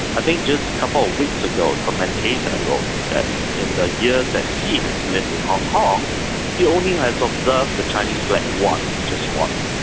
i think just a couple of weeks ago a commentator wrote that in the years that he has lived in hong kong he only has observed the chinese flag once, just once.